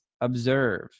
observe